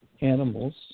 animals